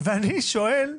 אני שואל,